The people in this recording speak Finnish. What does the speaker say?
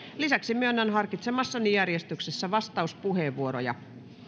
lisäksi myönnän harkitsemassani järjestyksessä vastauspuheenvuoroja